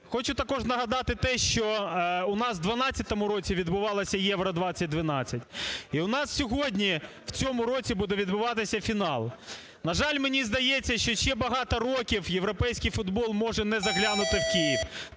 Хочу також нагадати те, що у нас в 12-му році відбулося Євро-2012, і у нас сьогодні, в цьому році, буде відбуватися фінал. На жаль, мені здається, що ще багато років європейський футбол може не заглянути в Київ.